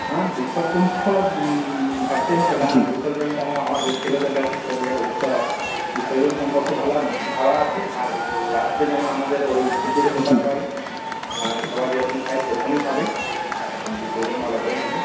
হ্যাঁ বিসর্জন তো ভাবতে হবে কারণ বিসর্জনটা আমাদের ছেলেদের কাছে একটা বিরাট উৎসব বিসর্জন সম্পর্কেও ভালো ভাবা আছে আর রাত্রে যেমন আমাদের ওই খিচুড়ি প্রসাদ হয় আর সবাই যেরকম খায় সেরকমই খাবে বিসর্জন ভালো করেই হবে